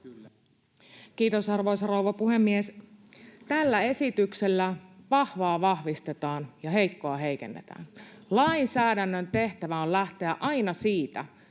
Kiitos, arvoisa rouva puhemies! Tällä esityksellä vahvaa vahvistetaan ja heikkoa heikennetään. Lainsäädännön tehtävä on lähteä aina siitä,